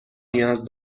نیاز